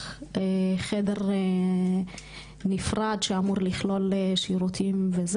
חדר נפרד שאמור לכלול שירותים וכולי,